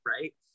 right